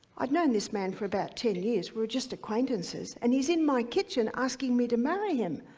i'd known this man for about ten years, we were just acquaintances, and he's in my kitchen asking me to marry him.